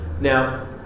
Now